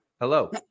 Hello